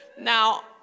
Now